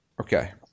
Okay